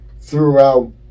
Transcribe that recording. throughout